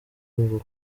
ngo